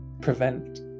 prevent